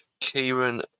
Kieran